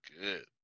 Good